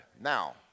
Now